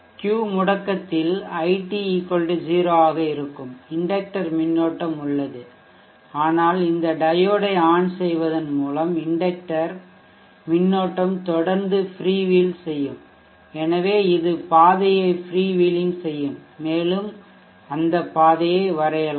Q முடக்கத்தில் iT 0 ஆக இருக்கும் இண்டக்டர் மின்னோட்டம் உள்ளது ஆனால் இந்த டையோடை ஆன் செய்வதன் மூலம் இண்டக்டர் மின்னோட்டம் தொடர்ந்து ஃப்ரீவீல் செய்யும் எனவே இது பாதையை ஃப்ரீவீலிங் செய்யும் மேலும் அந்த பாதையை வரையலாம்